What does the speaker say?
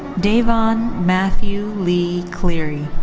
davon matthew lee cleary.